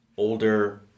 Older